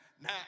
Now